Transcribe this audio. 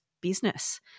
business